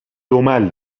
دمل